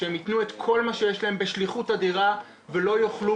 שהם יתנו את כל מה שיש להם בשליחות אדירה והם לא יוכלו